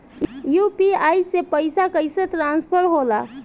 UPI से पैसा कैसे ट्रांसफर होला?